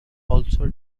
also